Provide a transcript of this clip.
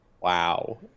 Wow